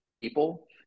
people